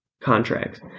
contracts